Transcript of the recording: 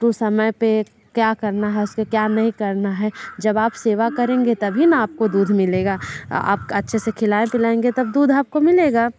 तो समय पर क्या करना है उसको क्या नहीं करना है जब आप सेवा करेंगे तभी न आपको दूध मिलेगा आप अच्छे से खिलाए पिलाएंगे तब दूध आपको मिलेगा